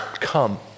come